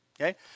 okay